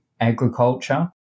agriculture